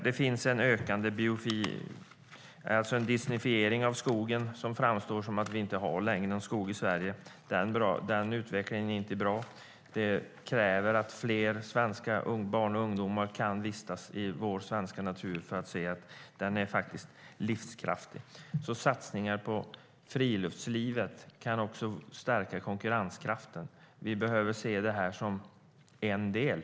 Det finns en ökande disneyfiering av skogen. Det framstår som att vi inte har någon skog i Sverige längre. Den utvecklingen är inte bra. Det kräver att fler svenska barn och ungdomar kan vistas i vår svenska natur för att se att den faktiskt är livskraftig. Satsningar på friluftslivet kan alltså stärka konkurrenskraften. Vi behöver se det här som en del.